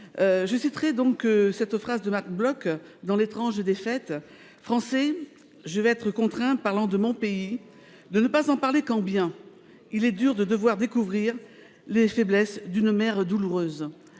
Je citerai donc cette phrase de Marc Bloch dans :« Français, je vais être contraint, parlant de mon pays, de ne pas en parler qu'en bien ; il est dur de devoir découvrir les faiblesses d'une mère douloureuse.